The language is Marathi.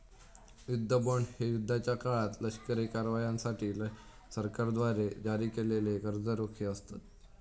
युद्ध बॉण्ड हे युद्धाच्या काळात लष्करी कारवायांसाठी सरकारद्वारे जारी केलेले कर्ज रोखे असतत